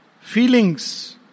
Feelings